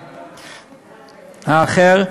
האחר,